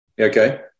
Okay